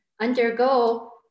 undergo